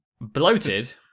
bloated